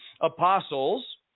apostles